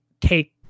take